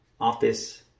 office